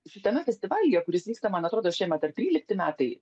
šitame festivalyje kuris vyksta man atrodo šiemet ar trylikti metai